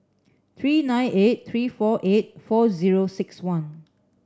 three nine eight three four eight four zero six one